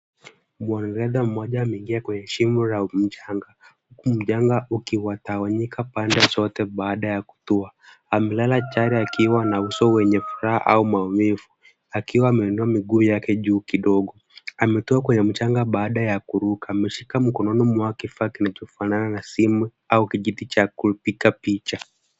Mwanadada mmoja ameingia kwenye shimo la mchanga, huku mchanga ukitawanyika pande zote baada ya kutua. Amelala chali akiwa na uso wenye furaha au maumivu, akiwa ameinua miguu yake juu kidogo. Ametoka kwenye mchanga baada ya kuruka, ameshika mikono yake kitu kinachofana na simu, au kijiti cha kupiga picha.